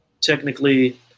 Technically